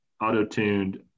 auto-tuned